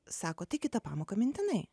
sako tai kitą pamoką mintinai